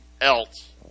else